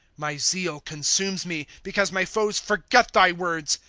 my zeal consumes me, because my foes forget thy words.